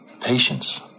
Patience